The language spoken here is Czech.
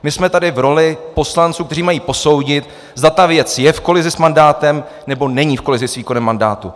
My jsme tady v roli poslanců, kteří mají posoudit, zda ta věc je v kolizi s mandátem, nebo není v kolizi s výkonem mandátu.